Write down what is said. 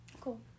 Cool